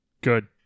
Good